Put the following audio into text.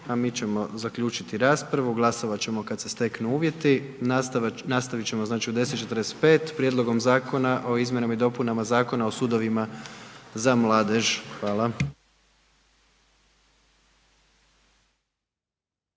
a mi ćemo zaključiti raspravu. Glasovat ćemo kada se steknu uvjeti. Nastaviti ćemo, znači u 10, 45, prijedlogom Zakona o izmjenama i dopunama Zakona o sudovima za mladež. Hvala.